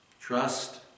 trust